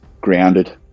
grounded